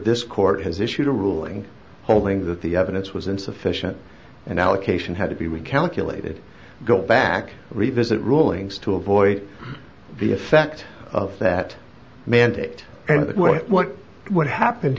this court has issued a ruling hoping that the evidence was insufficient and allocation had to be recalculated go back and revisit rulings to avoid the effect of that mandate and what what what happened